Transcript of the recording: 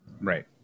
Right